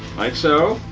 so,